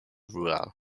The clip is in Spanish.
rural